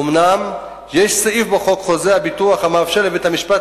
אומנם יש סעיף בחוק חוזה הביטוח המאפשר לבית-המשפט